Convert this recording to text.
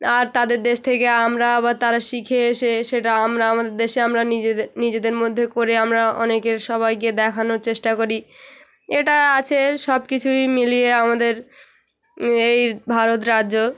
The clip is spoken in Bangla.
আর তাদের দেশ থেকে আমরা বা তারা শিখে এসে সেটা আমরা আমাদের দেশে আমরা নিজেদে নিজেদের মধ্যে করে আমরা অনেকের সবাইকে দেখানোর চেষ্টা করি এটা আছে সব কিছুই মিলিয়ে আমাদের এই ভারত রাজ্য